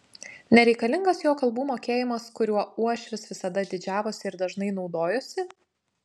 nereikalingas jo kalbų mokėjimas kuriuo uošvis visada didžiavosi ir dažnai naudojosi